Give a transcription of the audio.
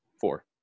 Four